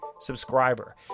subscriber